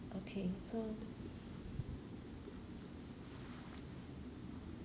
okay so